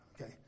Okay